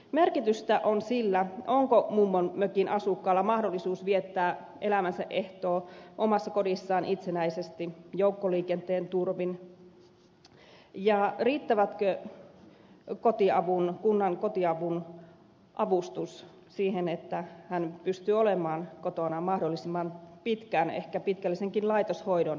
merkitystä on sillä onko mummonmökin asukkaalla mahdollisuus viettää elämänsä ehtoo omassa kodissaan itsenäisesti joukkoliikenteen turvin ja riittääkö kunnan kotiavun avustus siihen että hän pystyy olemaan kotonaan mahdollisimman pitkään ehkä pitkällisenkin laitoshoidon välttäen